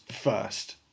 first